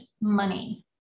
money